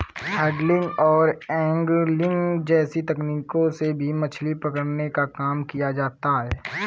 handling और angling जैसी तकनीकों से भी मछली पकड़ने का काम किया जाता है